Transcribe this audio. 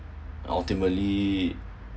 ultimately